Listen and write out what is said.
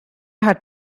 had